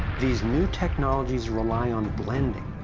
these new technologies rely on blending,